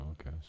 okay